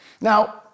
Now